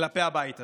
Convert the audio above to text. כלפי הבית הזה.